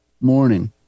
morning